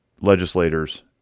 legislators